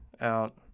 out